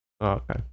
Okay